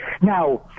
Now